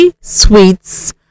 sweets